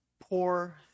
poor